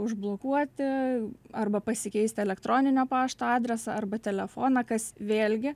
užblokuoti arba pasikeisti elektroninio pašto adresą arba telefoną kas vėlgi